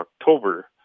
October